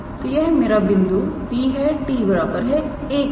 तो यह मेरा बिंदु P है t1 के लिए